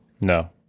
no